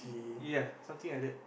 ya something like that